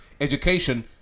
education